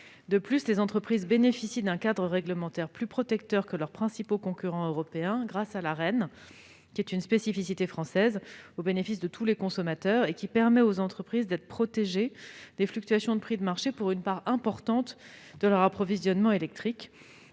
En outre, les entreprises bénéficient d'un cadre réglementaire plus protecteur que leurs principaux concurrents européens, grâce à l'Arenh, une spécificité française bénéficiant à tous les consommateurs et permettant aux entreprises d'être protégées des fluctuations de prix de marché pour une part importante de leur approvisionnement électrique.